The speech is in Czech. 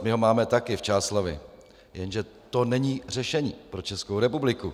My ho máme taky v Čáslavi, jenže to není řešení pro Českou republiku.